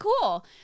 cool